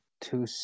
two